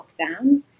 lockdown